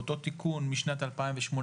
באותו תיקון משנת 2018,